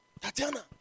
Tatiana